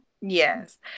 Yes